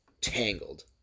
tangled